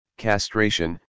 castration